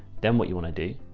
then what you want to do.